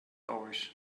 hours